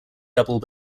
double